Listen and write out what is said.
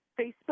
Facebook